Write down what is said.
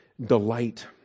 delight